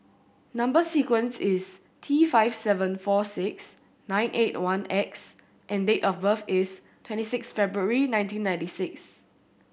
number sequence is T five seven four six nine eight one X and date of birth is twenty six February nineteen ninety six